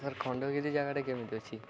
sir Khandagiri ଜାଗାଟା କେମିତି ଅଛି